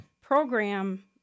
program